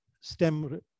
STEM